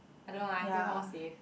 I don't know lah I feel more safe